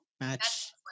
Match